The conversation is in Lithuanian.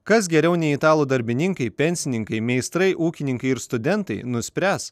kas geriau nei italų darbininkai pensininkai meistrai ūkininkai ir studentai nuspręs